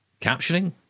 captioning